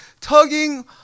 tugging